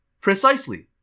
precisely